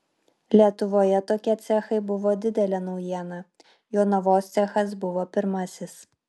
lietuvoje tokie cechai buvo didelė naujiena jonavos cechas buvo pirmasis